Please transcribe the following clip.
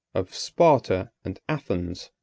of sparta and athens,